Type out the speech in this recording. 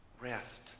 Rest